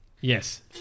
Yes